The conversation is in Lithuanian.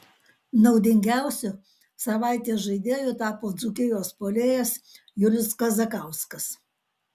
naudingiausiu savaitės žaidėju tapo dzūkijos puolėjas julius kazakauskas